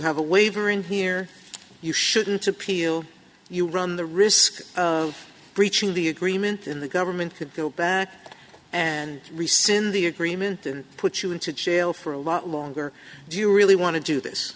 have a waiver in here you shouldn't appeal you run the risk of breaching the agreement in the government could go back and re sin the agreement and put you into jail for a lot longer do you really want to do this